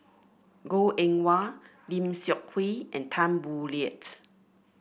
Goh Eng Wah Lim Seok Hui and Tan Boo Liat